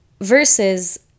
versus